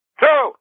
two